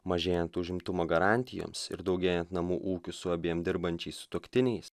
mažėjant užimtumo garantijoms ir daugėjant namų ūkių su abiem dirbančiais sutuoktiniais